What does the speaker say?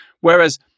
Whereas